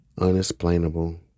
Unexplainable